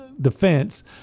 defense